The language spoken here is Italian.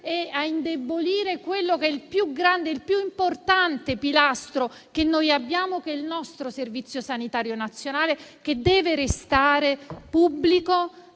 e a indebolire il più grande e più importante pilastro che abbiamo, cioè il nostro Servizio sanitario nazionale, che deve restare pubblico,